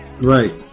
Right